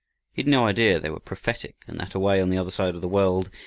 had no idea they were prophetic, and that away on the other side of the world,